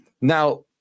Now